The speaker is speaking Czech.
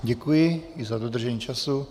Děkuji i za dodržení času.